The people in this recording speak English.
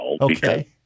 Okay